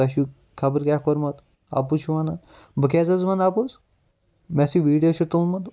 تۄہہِ چھُو خَبَر کیاہ کوٚرمُت اَپُز چھِو وَنان بہٕ کیازِ حظ وَنہٕ اَپُز مےٚ سی ویٖڈیو چھُ تُلمُت